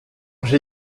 j’ai